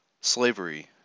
Slavery